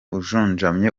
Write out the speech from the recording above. ujunjamye